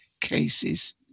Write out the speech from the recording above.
cases